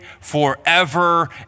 forever